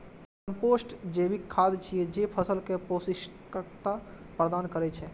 compost जैविक खाद छियै, जे फसल कें पौष्टिकता प्रदान करै छै